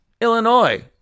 Illinois